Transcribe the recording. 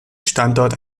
standort